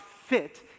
fit